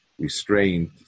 restraint